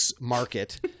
market